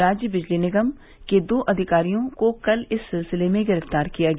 राज्य बिजली निगम के दो अधिकारियों को कल इस सिलसिले में गिरफ्तार किया गया